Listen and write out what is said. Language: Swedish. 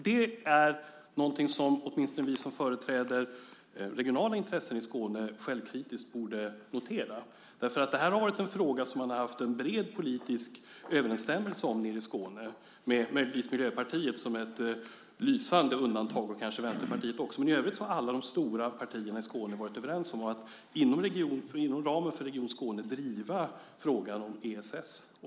Det är någonting som åtminstone vi som företräder regionala intressen i Skåne självkritiskt borde notera, därför att det här har varit en fråga som man har haft en bred politisk enighet om nere i Skåne, med möjligtvis Miljöpartiet som ett lysande undantag och kanske Vänsterpartiet också. I övrigt har alla de stora partierna i Skåne varit överens om att inom ramen för Region Skåne driva frågan om ESS.